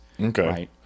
Okay